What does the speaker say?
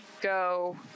go